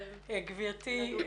חברת הכנסת אבו רחמון,